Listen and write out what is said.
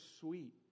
sweet